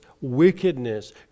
wickedness